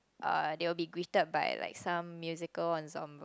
uh they will be greeted by like some musical ensemble